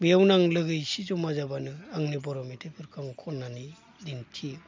बेयावनो आं लोगो एसे जमा जाब्लानो आंनि बर' मेथाइफोरखौ आं खननानै दिन्थियो